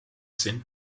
sind